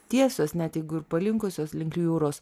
tiesios net jeigu ir palinkusios link jūros